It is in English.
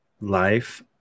life